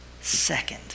second